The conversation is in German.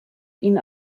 ihn